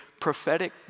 prophetic